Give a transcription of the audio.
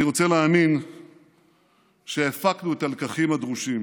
אני רוצה להאמין שהפקנו את הלקחים הדרושים.